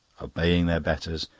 obeying their betters,